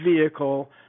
vehicle